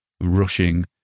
rushing